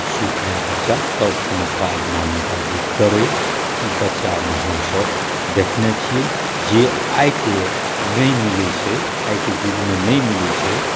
आ सुति जाइ बच्चा तब कोनो काज नानी दादी करै ई बच्चामे हमसभ देखने छियै जे आइके नहि मिलै छै आइके युगमे नहि मिलै छै